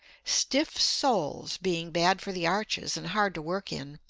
stiff soles being bad for the arches and hard to work in,